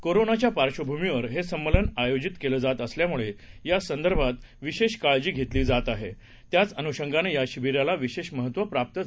कोरोनाच्या पार्श्वभूमीवर हे संमेलन आयोजित केलं जात असल्यामुळे या संदर्भात विशेष काळजी घेतली जात आहे त्याच अनुषंगानं या शिबिराला विशेष महत्त्व प्राप्त झालं आहे